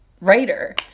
writer